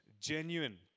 genuine